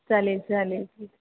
चालेल चालेल ठीक